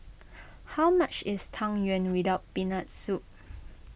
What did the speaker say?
how much is Tang Yuen with Peanut Soup